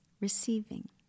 receiving